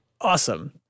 Awesome